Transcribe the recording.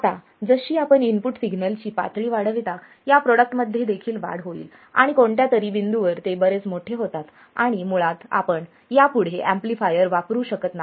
आता जशी आपण इनपुट सिग्नल ची पातळी वाढविता या प्रोडक्ट मध्ये देखील वाढ होईल आणि कोणत्यातरी बिंदूवर ते बरेच मोठे होतात आणि मुळात आपण यापुढे यापुढे एम्पलीफायर वापरू शकत नाही